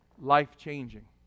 life-changing